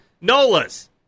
Nola's